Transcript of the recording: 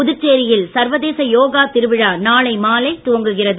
புதுச்சேரியில் சர்வதேச யோகா திருவிழா நாளை மாலை துவங்குகிறது